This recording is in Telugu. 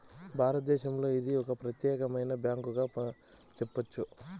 భారతదేశంలో ఇది ఒక ప్రత్యేకమైన బ్యాంకుగా చెప్పొచ్చు